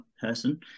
person